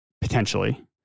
potentially